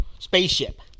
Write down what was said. Spaceship